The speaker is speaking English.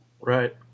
Right